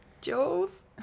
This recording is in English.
jules